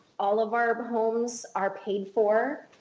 all of our homes are paid for.